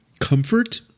comfort